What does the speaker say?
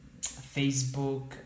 Facebook